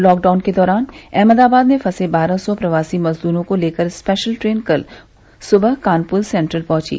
lockdown के दौरान अहमदाबाद में फँसे बारह सौ प्रवासी मजदूरों को लेकर स्पेशल ट्रेन कल सुबह कानपुर सेन्ट्रल पहुँची